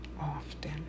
often